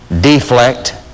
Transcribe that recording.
deflect